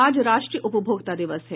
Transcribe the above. आज राष्ट्रीय उपभोक्ता दिवस है